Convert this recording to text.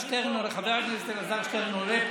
שחבר הכנסת אלעזר שטרן עולה פה,